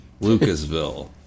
Lucasville